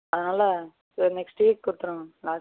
அதனால் ஒரு next week கொடுத்துர்றேன் மேம்